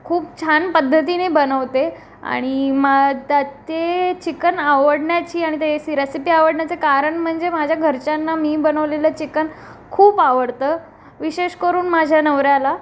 खूप छान पद्धतीने बनवते आणि मा त्या ते चिकन आवडण्याची आणि त्याची रेसिपी आवडण्याचे कारण म्हणजे माझ्या घरच्यांना मी बनवलेलं चिकन खूप आवडतं विशेष करून माझ्या नवऱ्याला